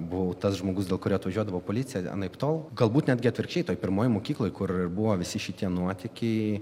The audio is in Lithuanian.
buvau tas žmogus dėl kurio atvažiuodavo policija anaiptol galbūt netgi atvirkščiai toj pirmoj mokykloje kur buvo visi šitie nuotykiai